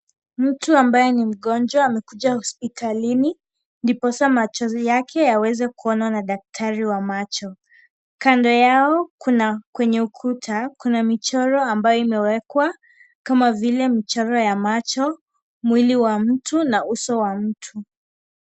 Mtu ambaye ni mgonjwa amekuja hospitalini ndipoza machozi yake yaweze kuonwa na daktari wa macho. Kando yao, kwenye ukuta kuna michoro ambayo imewekwa vile, mchoro wa macho, mwili wa mtu na uso wa mtu.